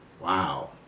Wow